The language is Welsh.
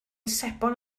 sebon